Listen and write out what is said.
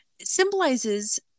symbolizes